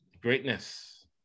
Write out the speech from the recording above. Greatness